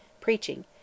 preaching